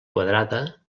quadrada